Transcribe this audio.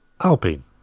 Alpine